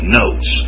notes